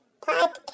Podcast